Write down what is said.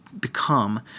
become